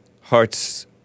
hearts